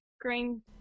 green